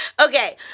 Okay